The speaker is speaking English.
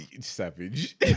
savage